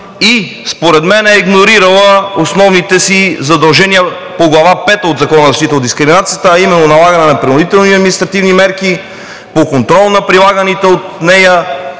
и е игнорирала основните си задължения по Глава пета от Закона за защита от дискриминация, а именно налагането на принудителни административни мерки по контрола на прилаганите от нея